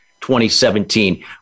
2017